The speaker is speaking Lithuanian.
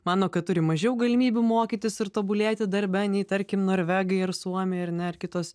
mano kad turi mažiau galimybių mokytis ir tobulėti darbe nei tarkim norvegai ir suomiai ar ne ar kitos